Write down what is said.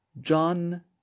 John